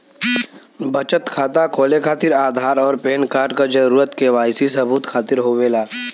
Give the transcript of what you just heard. बचत खाता खोले खातिर आधार और पैनकार्ड क जरूरत के वाइ सी सबूत खातिर होवेला